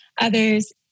others